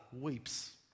weeps